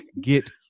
Get